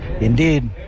Indeed